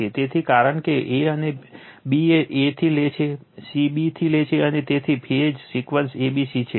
તેથી કારણ કે b એ a થી લે છે c b થી લે છે તેથી phase sequence a b c છે